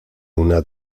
una